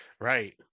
right